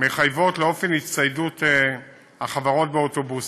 מחייבות לאופן הצטיידות החברות באוטובוסים.